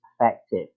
effective